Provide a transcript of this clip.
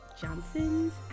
Johnson's